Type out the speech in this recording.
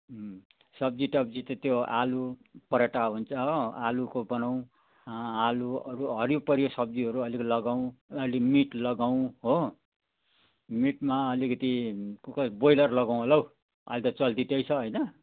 उम् सब्जीटब्जी त त्यो आलु पराठा हुन्छ हो आलुको बनाउँ आलु अरू हरियो परियो सब्जीहरू अलिक लगाउँ अलि मिट लगाउँ हो मिटमा अलिकति ब्रोइलर लगाउँ होला हौ अहिले त चल्ती त्यही छ होइन